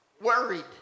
worried